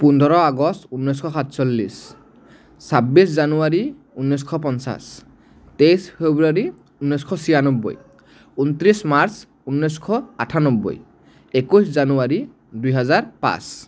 পোন্ধৰ আগষ্ট ঊনৈছশ সাাতচল্লিছ ছাব্বিছ জানুৱাৰী ঊনৈছশ পঞ্চাছ তেইছ ফেব্ৰুৱাৰী ঊনৈছশ ছয়ানব্বৈ ঊনত্ৰিছ মাৰ্চ ঊনৈছশ আঠান্নব্বৈ একৈছ জানুৱাৰী দুহেজাৰ পাঁচ